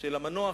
של המנוח,